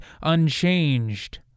unchanged